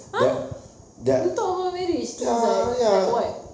!huh! you talk about marriage to izat like what